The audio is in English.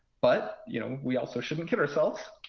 but you know we also shouldn't kid ourselves.